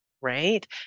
right